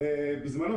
בזמנו,